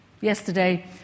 Yesterday